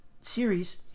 series